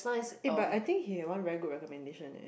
eh but I think he had one very good recommendation eh